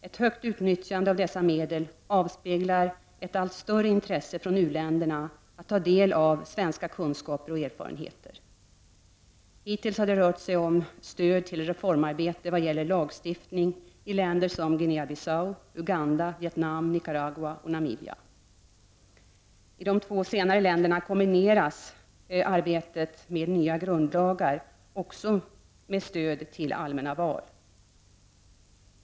Ett högt utnyttjande av dessa medel avspeglar ett allt större intresse från u-länderna att ta del av svenska kunskaper och erfarenheter. Hittills har det rört sig om stöd till reformarbete vad gäller lagstiftning i länder som Guinea-Bissau, Uganda, Vietnam, Nicaragua och Namibia. I de två senare länderna kombinerades arbetet med nya grundlagar också med stöd till de allmänna valen.